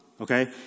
Okay